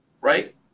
Right